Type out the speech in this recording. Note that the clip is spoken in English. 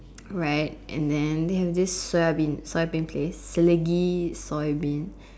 right and then they have this soya bean soya bean place Selegie soy bean